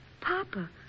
Papa